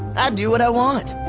i do what i want,